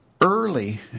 early